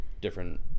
different